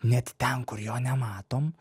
net ten kur jo nematom